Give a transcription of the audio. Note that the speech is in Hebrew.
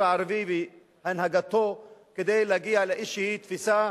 הערבי והנהגתו כדי להגיע לאיזו תפיסה,